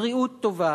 בריאות טובה,